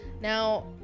Now